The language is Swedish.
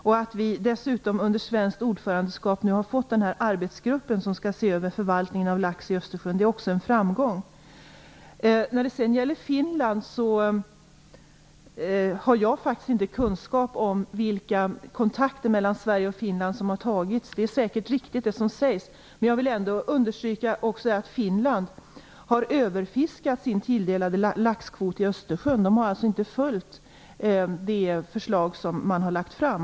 Det är också en framgång att vi dessutom har fått en arbetsgrupp under svenskt ordförandeskap som skall se över förvaltningen av lax i Östersjön. Jag har inte kunskap om vilka kontakter mellan Sverige och Finland som har tagits. Det är säkert riktigt det som sägs. Jag vill ändå understryka att Östersjön. Finland har alltså inte följt det förslag som har lagts fram.